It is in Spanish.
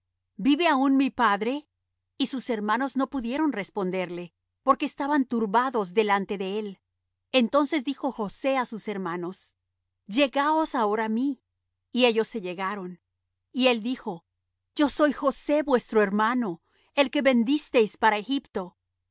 vive aún mi padre y sus hermanos no pudieron responderle porque estaban turbados delante de él entonces dijo josé á sus hermanos llegaos ahora á mí y ellos se llegaron y él dijo yo soy josé vuestro hermano el que vendisteis para